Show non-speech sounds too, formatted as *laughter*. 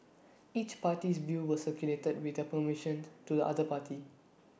each party's views were circulated with their permission *noise* to the other party